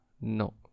No